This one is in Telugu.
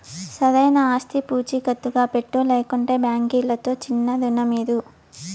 సరైన ఆస్తి పూచీకత్తుగా పెట్టు, లేకంటే బాంకీలుతో చిన్నా రుణమీదు